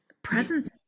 Presence